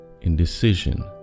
Indecision